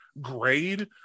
grade